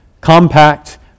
compact